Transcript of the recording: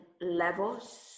levels